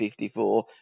54